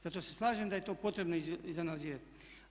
Zato se slažem da je to potrebno izanalizirati.